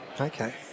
Okay